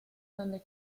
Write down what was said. donde